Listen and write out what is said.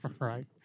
Right